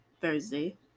thursday